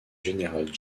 général